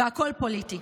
והכול פוליטי.